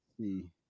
see